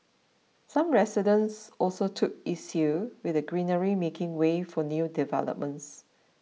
some residents also took issue with the greenery making way for new developments